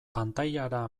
pantailara